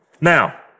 Now